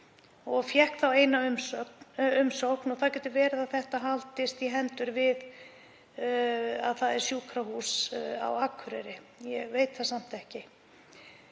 og fékk þá eina umsókn. Það getur verið að þetta haldist í hendur við að það er sjúkrahús á Akureyri, ég veit það samt ekki.